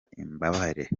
imbabare